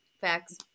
Facts